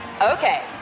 Okay